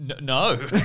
No